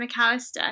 McAllister